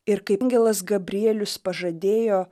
ir kaip angelas gabrielius pažadėjo